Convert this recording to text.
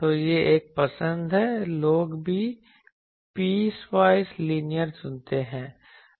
तो यह एक पसंद है लोग भी पीस वाईज लीनियर चुनते हैं